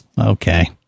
Okay